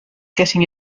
getting